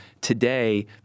today